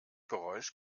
geräusch